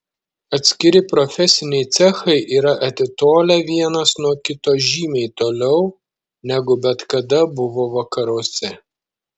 atskiri profesiniai cechai yra atitolę vienas nuo kito žymiai toliau negu bet kada buvo vakaruose